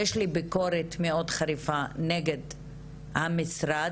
יש לי ביקורת מאוד חריפה נגד המשרד